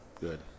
Good